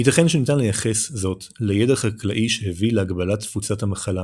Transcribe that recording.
ייתכן שניתן לייחס זאת לידע חקלאי שהביא להגבלת תפוצת המחלה,